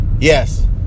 Yes